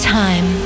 time